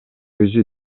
өзү